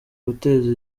guteza